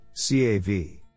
CAV